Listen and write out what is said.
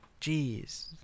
Jeez